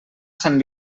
sant